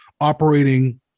operating